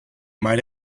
might